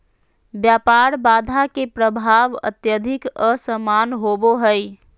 व्यापार बाधा के प्रभाव अत्यधिक असमान होबो हइ